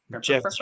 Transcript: Jeff